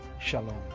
Shalom